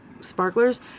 sparklers